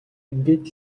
ингээд